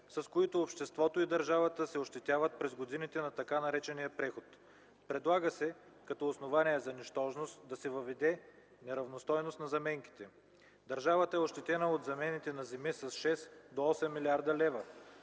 с които обществото и държавата се ощетяват през годините на така наречения преход. Предлага се като основание за нищожност да се въведе неравностойност на замените. Държавата е ощетена от замените на земи с 6-8 млрд. лв.